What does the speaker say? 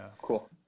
cool